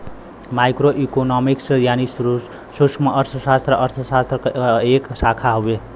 micro economics यानी सूक्ष्मअर्थशास्त्र अर्थशास्त्र क एक शाखा हउवे